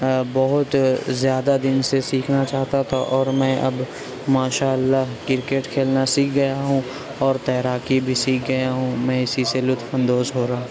بہت زیادہ دن سے سیکھنا چاہتا تھا اور میں اب ماشا اللہ کرکٹ کھیلنا سیکھ گیا ہوں اور تیراکی بھی سیکھ گیا ہوں میں اسی سے لطف اندوز ہو رہا